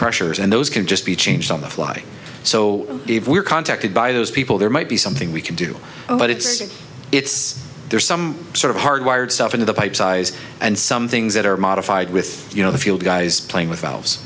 pressures and those can just be changed on the fly so if we're contacted by those people there might be something we can do but it's it's there's some sort of hardwired stuff in the pipe size and some things that are modified with you know the fuel guys playing with v